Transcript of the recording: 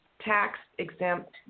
tax-exempt